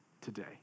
today